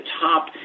top